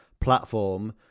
platform